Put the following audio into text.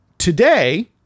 Today